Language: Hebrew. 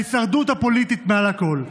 ההישרדות הפוליטית מעל הכול.